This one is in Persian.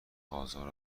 آزار